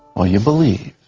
or you believe